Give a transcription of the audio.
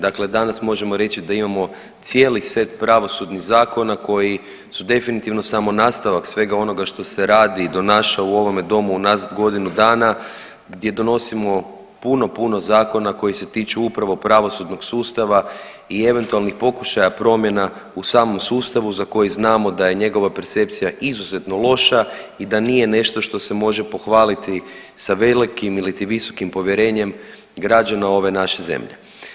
Dakle danas možemo reći da imamo cijeli set pravosudnih zakona koji su definitivno samo nastavak svega onoga što se radi i donaša u ovome domu unazad godinu dana gdje donosimo puno puno zakona koji se tiču upravo pravosudnog sustava i eventualnih pokušaja promjena u samom sustavu za koji znamo da je njegova percepcija izuzetno loša i da nije nešto što se može pohvaliti sa velikim iliti visokim povjerenjem građana ove naše zemlje.